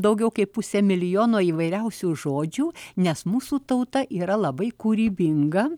daugiau kaip pusę milijono įvairiausių žodžių nes mūsų tauta yra labai kūrybinga